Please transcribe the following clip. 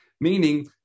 meaning